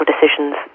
decisions